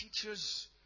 teachers